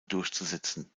durchzusetzen